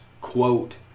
Quote